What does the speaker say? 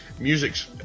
music's